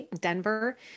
Denver